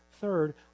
third